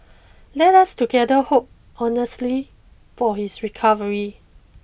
let us together hope earnestly for his recovery